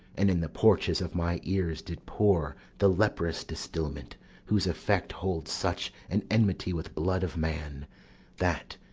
and in the porches of my ears did pour the leperous distilment whose effect holds such an enmity with blood of man that,